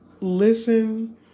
listen